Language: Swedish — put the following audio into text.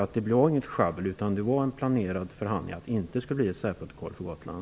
Var det inget sjabbel utan var det planerat att det inte skall vara ett särprotokoll för Gotland?